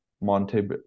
Monte